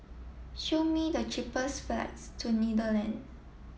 show me the cheapest flights to